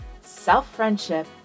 self-friendship